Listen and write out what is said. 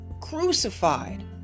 crucified